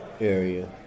area